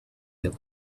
that